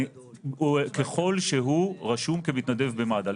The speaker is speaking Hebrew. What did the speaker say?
ככל שהוא רשום כמתנדב במד"א.